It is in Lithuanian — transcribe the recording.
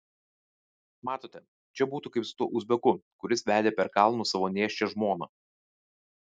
matote čia būtų kaip su tuo uzbeku kuris vedė per kalnus savo nėščią žmoną